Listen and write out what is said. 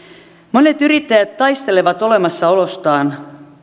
monet yrittäjät taistelevat olemassaolostaan